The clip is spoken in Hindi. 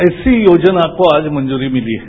ऐसी योजना को आज मंजूरी मिली है